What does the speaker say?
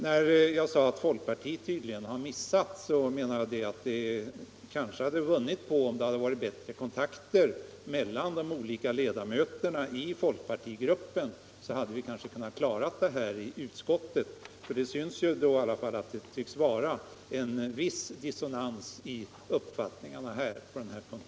När jag sade att folkpartiet tydligen har missat så menade jag att man kanske hade vunnit på om man hade haft bättre kontakter mellan de olika ledamöterna i folkpartigruppen. Då hade vi kanske kunnat klara av detta i utskottet. För det tycks ju i alla fall finnas en viss dissonans i uppfattningarna på denna punkt.